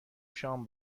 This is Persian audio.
شام